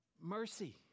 Mercy